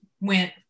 went